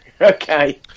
Okay